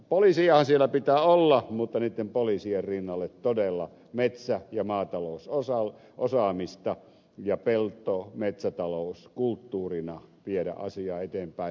poliisejahan siellä pitää olla mutta niiden poliisien rinnalle pitää todella metsä ja maatalousosaamista ja peltometsätalouskulttuuria viedä eteenpäin